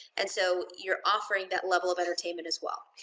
and so you're offering that level of entertainment as well.